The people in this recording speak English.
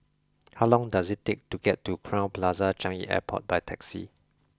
how long does it take to get to Crowne Plaza Changi Airport by taxi